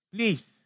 Please